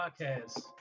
podcast